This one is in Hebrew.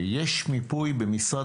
יש מיפוי במשרד